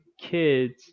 kids